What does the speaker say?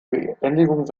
beendigung